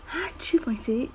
!huh! three point six